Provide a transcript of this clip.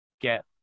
get